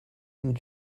and